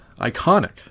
iconic